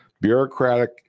bureaucratic